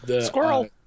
Squirrel